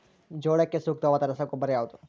ಜೋಳಕ್ಕೆ ಸೂಕ್ತವಾದ ರಸಗೊಬ್ಬರ ಯಾವುದು?